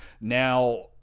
now